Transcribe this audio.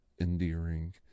endearing